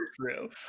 true